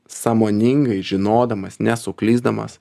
sąmoningai žinodamas nesuklysdamas